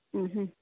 ഉം ഹും